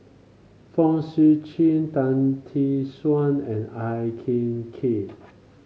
Fong Sip Chee Tan Tee Suan and Ang Hin Kee